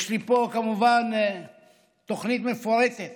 יש לי פה כמובן תוכנית מפורטת